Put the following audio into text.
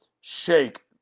Shake